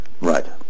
Right